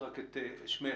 מבחינת אחוזי התמותה,